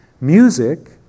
Music